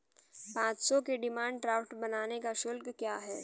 पाँच सौ के डिमांड ड्राफ्ट बनाने का शुल्क क्या है?